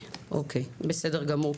אוקיי, בסדר גמור.